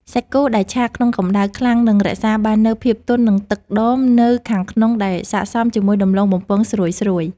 សាច់គោដែលឆាក្នុងកម្តៅខ្លាំងនឹងរក្សាបាននូវភាពទន់និងទឹកដមនៅខាងក្នុងដែលស័ក្តិសមជាមួយដំឡូងបំពងស្រួយៗ។